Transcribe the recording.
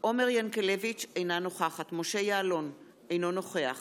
עומר ינקלביץ' אינה נוכחת משה יעלון, אינו נוכח